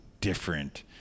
different